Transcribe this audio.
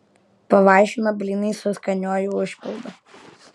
pavaišino blynais su skaniuoju užpildu